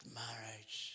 marriage